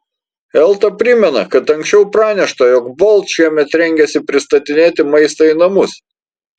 elta primena kad anksčiau pranešta jog bolt šiemet rengiasi pristatinėti maistą į namus